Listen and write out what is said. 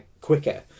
quicker